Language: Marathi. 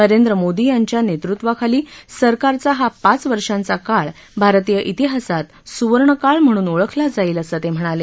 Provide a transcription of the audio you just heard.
नरेंद्र मोदी यांच्या नेतृत्वाखाली सरकारचा हा पाच वर्षांचा काळ भारतीय इतिहासात सुवर्णकाळ म्हणून ओळखला जाईल असं ते म्हणाले